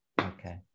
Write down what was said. Okay